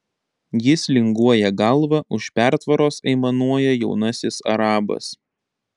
jis linguoja galva už pertvaros aimanuoja jaunasis arabas